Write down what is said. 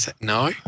No